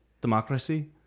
democracy